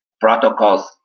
Protocols